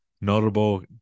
notable